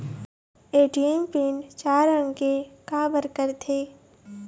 ATM PIN चार अंक के का बर करथे?